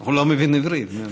הוא לא מבין עברית.